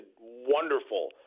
wonderful